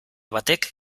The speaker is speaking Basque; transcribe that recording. batek